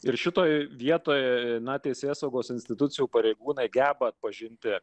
ir šitoje vietoje na teisėsaugos institucijų pareigūnai geba atpažinti